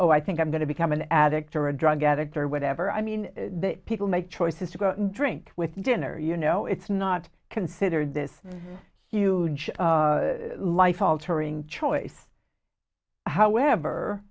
oh i think i'm going to become an addict or a drug addict or whatever i mean people make choices to go out and drink with dinner you know it's not considered this huge life altering choice however